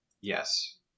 Yes